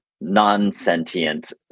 non-sentient